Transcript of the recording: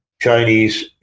Chinese